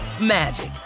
magic